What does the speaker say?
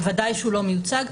בוודאי שהוא לא מיוצג.